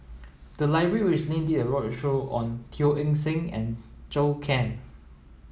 the library recently did a roadshow on Teo Eng Seng and Zhou Can